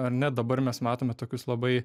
ar ne dabar mes matome tokius labai